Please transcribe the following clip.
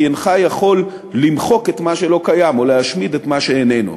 כי אינך יכול למחוק את מה שלא קיים או להשמיד את מה שאיננו,